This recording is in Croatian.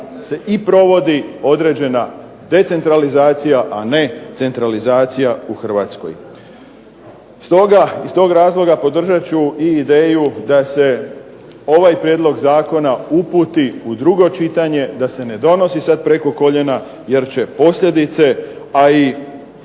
se i provodi određena decentralizacija a ne centralizacija u Hrvatskoj. Iz tog razloga podržat ću i ideju da se ovaj prijedlog zakona uputi u drugo čitanje, da se ne donosi sad preko koljena jer će posljedice, a i